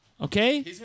Okay